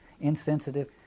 insensitive